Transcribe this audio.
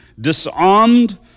disarmed